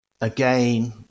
again